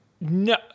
No